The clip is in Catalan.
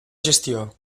gestió